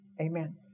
Amen